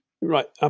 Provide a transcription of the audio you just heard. Right